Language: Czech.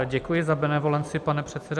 Děkuji za benevolenci, pane předsedo.